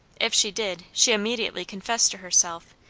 if she did, she immediately confessed to herself,